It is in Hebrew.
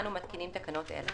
אנו מתקינים תקנות אלה: